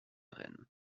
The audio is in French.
rennes